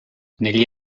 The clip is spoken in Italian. negli